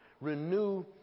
renew